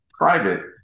private